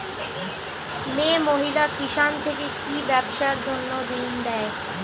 মিয়ে মহিলা কিষান থেকে কি ব্যবসার জন্য ঋন দেয়?